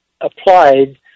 applied